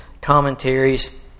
commentaries